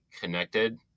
connected